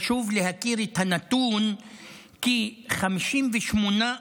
חשוב להכיר את הנתון כי 58%,